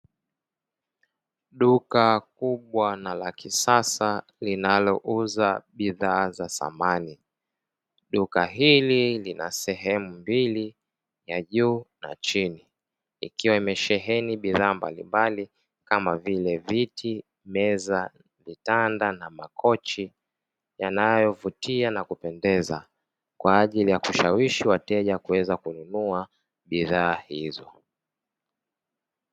Duka kubwa na la kisasa linalouza bidhaa za samani. Duka hili lina sehemu mbili ya juu na chini ikiwa imesheheni bidhaa mbalimbali kama vile viti, meza, vitanda na makochi yanayovutia na kupendeza; kwa ajili ya kushawishi wateja kuweza kununua bidhaa hizo.